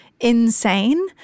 insane